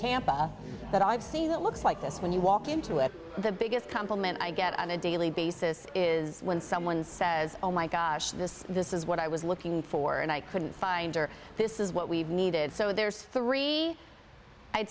tampa that i've seen that looks like this when you walk into it the biggest compliment i get on a daily basis is when someone says oh my gosh this this is what i was looking for and i couldn't find or this is what we needed so there's three i